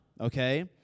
okay